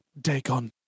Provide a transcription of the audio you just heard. Dagon